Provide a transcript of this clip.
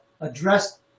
address